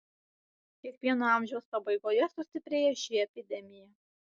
kiekvieno amžiaus pabaigoje sustiprėja ši epidemija